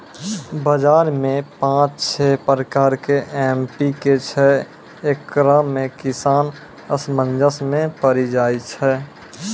बाजार मे पाँच छह प्रकार के एम.पी.के छैय, इकरो मे किसान असमंजस मे पड़ी जाय छैय?